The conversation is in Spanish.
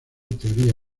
teoría